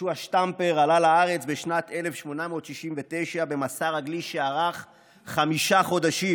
יהושע שטמפפר עלה לארץ בשנת 1869 במסע רגלי שארך חמישה חודשים.